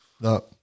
no